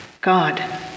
God